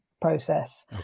process